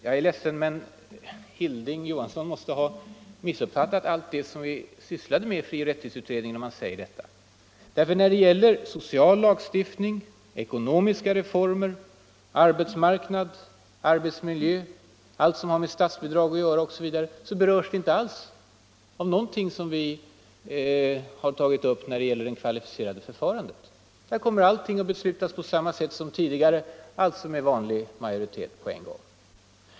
Jag är ledsen, men Hilding Johansson måste ha missuppfattat allt det som vi sysslade med i frioch rättighetsutredningen om han menar detta. Social lagstiftning, ekonomiska reformer, arbetsmarknad, arbetsmiljö, allt som har med statsbidrag att göra osv. berörs inte alls av någonting som vi har tagit upp när det gäller det kvalificerade förfarandet. Där kommer allting att beslutas på samma sätt som tidigare, alltså med vanlig majoritet på en gång.